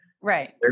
Right